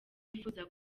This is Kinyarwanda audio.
bifuza